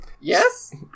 yes